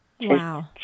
Wow